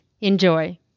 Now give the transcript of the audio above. Enjoy